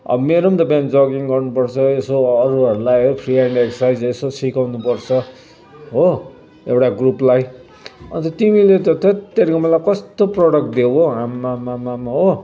अब मेरो त बिहान जगिङ गर्नु पर्छ यसो अरूहरूलाई है फ्रि एन्ड एक्सरसाइजेस यसो सिकाउनु पर्छ हो एउटा ग्रुपलाई अझ तिमीले त धत्तेरिका मलाई कस्तो प्रडक्ट दिएको हो आम्माम्माम हो